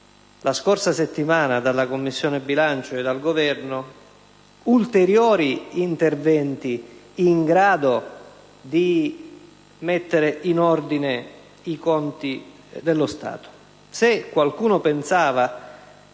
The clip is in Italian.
la scorsa settimana dalla Commissione bilancio e dal Governo ulteriori interventi in grado di mettere in ordine i conti dello Stato.